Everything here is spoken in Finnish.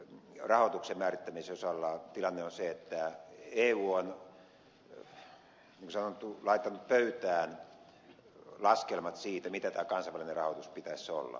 kehitysmaiden rahoituksen määrittämisen osalla tilanne on se että eu on niin kuin sanottu laittanut pöytään laskelmat siitä mitä tämän kansainvälisen rahoituksen pitäisi olla